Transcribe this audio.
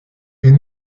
est